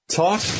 talk